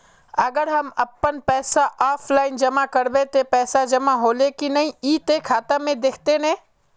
अगर हम अपन पैसा ऑफलाइन जमा करबे ते पैसा जमा होले की नय इ ते खाता में दिखते ने?